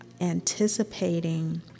anticipating